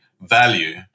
value